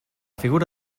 figura